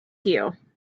you